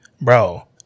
Bro